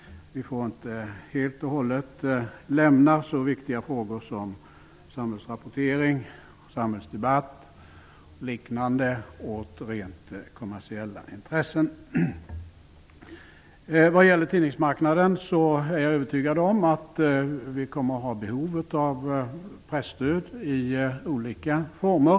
Vi får inte helt och hållet lämna så viktiga frågor som samhällsrapportering, samhällsdebatt och liknande åt rent kommersiella intressen. Vad gäller tidningsmarknaden är jag övertygad om att vi kommer att ha behov av presstöd i olika former.